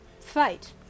fight